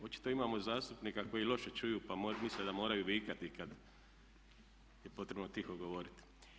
Očito imamo zastupnika koji loše čuju pa misle da moraju vikati kada je potrebno tiho govoriti.